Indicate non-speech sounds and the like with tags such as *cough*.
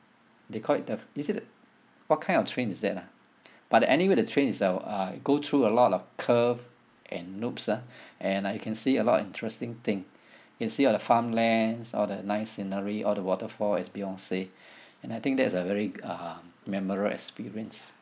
they call it the is it what kind of train is that ah but uh anyway the train is uh uh go through a lot of curve and loops ah *breath* and uh you can see a lot of interesting thing can see all the farmlands all the nice scenery all the waterfall is beyond see *breath* and I think that is a very uh memorable experience